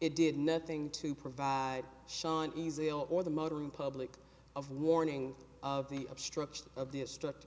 it did nothing to provide shawn easy or the motoring public of warning of the obstruction of the district